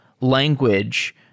language